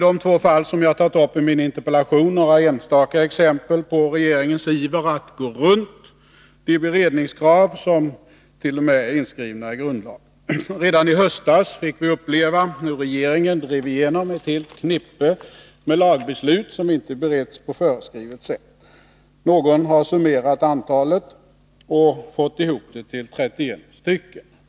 De två fall som jag tagit upp i min interpellation utgör emellertid inte några enstaka exempel på regeringens iver att kringgå de beredningskrav som t.o.m. är inskrivna i grundlagen. Redan i höstas fick vi uppleva hur regeringen drev igenom ett helt knippe lagbeslut som inte beretts på föreskrivet sätt. Någon har summerat antalet och fått det till 31 stycken.